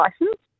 license